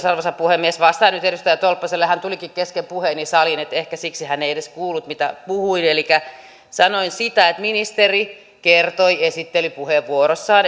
arvoisa puhemies vastaan nyt edustaja tolppaselle hän tulikin kesken puheeni saliin että ehkä siksi hän ei edes kuullut mitä puhuin sanoin sitä että ministeri kertoi esittelypuheenvuorossaan